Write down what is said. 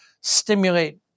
stimulate